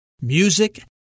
music